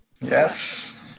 Yes